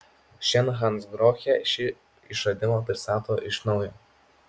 šiandien hansgrohe šį išradimą pristato iš naujo